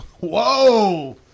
Whoa